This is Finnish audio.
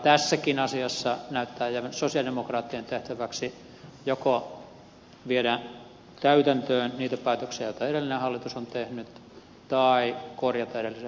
tässäkin asiassa näyttää jäävän sosialidemokraattien tehtäväksi joko viedä täytäntöön niitä päätöksiä joita edellinen hallitus on tehnyt tai korjata edellisen hallituksen jälkiä